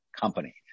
company